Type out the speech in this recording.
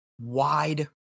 wide